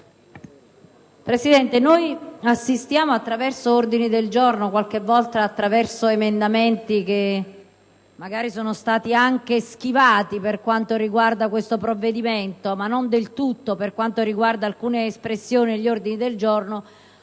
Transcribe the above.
Presidente, assistiamo, attraverso ordini del giorno e talvolta emendamenti (che magari sono stati anche schivati per quanto riguarda questo provvedimento, ma non del tutto lo sono state alcune espressioni degli ordini del giorno),